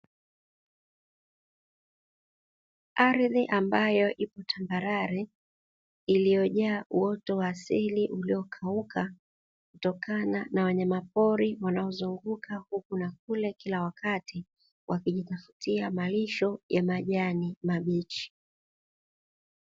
Ardhi ambayo ipo tambalale iliyojaa uoto wa asili uliokauka kutokana na wanyama pori wanaozunguka huku na kule kila wakati, wakijitafutia malisho ya majani mabichi.